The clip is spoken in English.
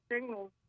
signals